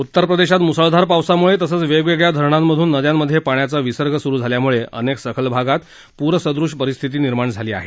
उत्तर प्रदेशात मुसळधार पावसामुळे तसच वेगवेगळ्या धरणांमधून नद्यांमध्ये पाण्याचा विसर्ग सुरू केल्यामुळे अनेक सखल भागात पूरसदृश परिस्थिती निर्माण झाली आहे